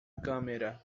câmera